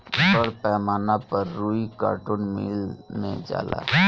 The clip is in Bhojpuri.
बड़ पैमाना पर रुई कार्टुन मिल मे जाला